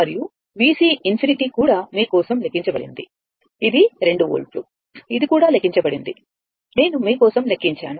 మరియు VC ∞ కూడా మీ కోసం లెక్కించబడింది ఇది 2 వోల్ట్ ఇది కూడా లెక్కించబడింది నేను మీ కోసం లెక్కించాను